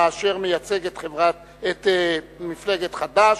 אשר מייצג את מפלגת חד"ש,